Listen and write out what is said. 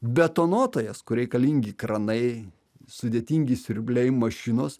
betonuotojas kur reikalingi kranai sudėtingi siurbliai mašinos